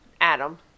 Adam